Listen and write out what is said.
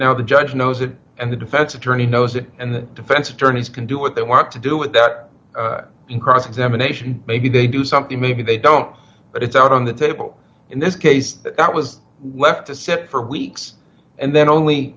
now the judge knows it and the defense attorney knows it and the defense attorneys can do what they want to do it that in cross examination maybe they do something maybe they don't but it's out on the table in this case that was left to sit for weeks and then only